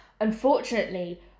unfortunately